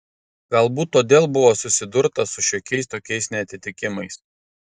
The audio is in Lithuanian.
galbūt todėl buvo susidurta su šiokiais tokiais neatitikimais